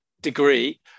degree